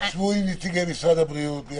שבו עם נציגי משרד הבריאות.